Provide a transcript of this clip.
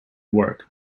work